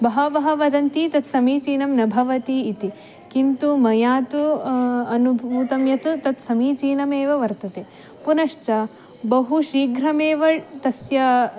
बहवः वदन्ति तत् समीचीनं न भवति इति किन्तु मया तु अनुभूतं यत् तत् समीचीनमेव वर्तते पुनश्व बहु शीघ्रमेव तस्य